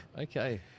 Okay